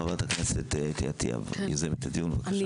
חברת הכנסת אתי עטייה, יוזמת הדיון, בבקשה.